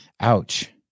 Ouch